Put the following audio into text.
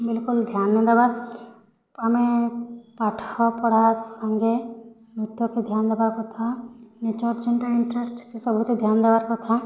ବିଲକୁଲ୍ ଧ୍ୟାନ୍ ନେହିଁ ଦେବାର୍ ଆମେ ପାଠପଢ଼ା ସାଙ୍ଗେ ନୃତ୍ୟକେ ଧ୍ୟାନ୍ ଦବା କଥା ନିଜର୍ ଯେନ୍ତା ଇଣ୍ଟରେଷ୍ଟ୍ ସେ ସବୁକେ ଧ୍ୟାନ୍ ଦବାର୍ କଥା